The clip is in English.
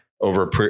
over